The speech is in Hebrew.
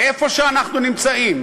איפה שאנחנו נמצאים,